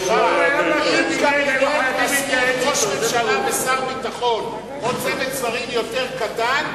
אם קבינט מסמיך ראש ממשלה ושר ביטחון או צוות שרים יותר קטן,